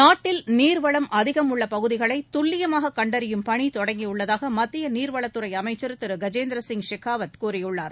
நாட்டில் நீர் வளம் அதிகம் உள்ள பகுதிகளை துல்லியமாக கண்டறியும் பணி தொடங்கியுள்ளதாக மத்திய நீர்வள த்துறை அமைச்சர் திரு கஜேந்திர சிங் ஷெகாவத் கூறியுள்ளார்